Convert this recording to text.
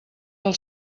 del